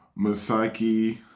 Masaki